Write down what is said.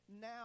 now